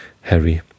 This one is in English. Harry